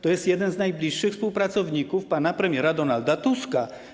To jest jeden z najbliższych współpracowników pana premiera Donalda Tuska.